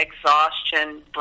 exhaustion